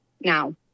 now